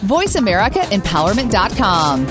VoiceAmericaEmpowerment.com